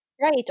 Right